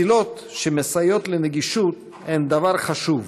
מסילות שמסייעות לנגישות הן דבר חשוב,